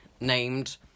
named